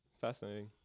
Fascinating